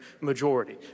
majority